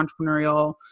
entrepreneurial